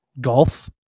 golf